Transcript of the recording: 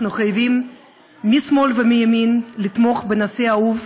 אנחנו חייבים משמאל ומימין לתמוך בנשיא האהוב,